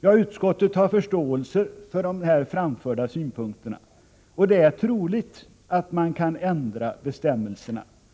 Utskottet har förståelse för de framförda synpunkterna. Det är troligt att man kan ändra bestämmelserna.